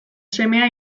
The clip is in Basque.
semea